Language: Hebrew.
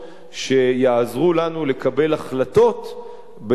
שיעזרו לנו לקבל החלטות בעסקות.